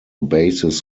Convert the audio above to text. basis